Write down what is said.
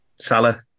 Salah